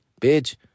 bitch